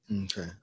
Okay